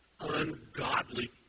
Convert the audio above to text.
ungodly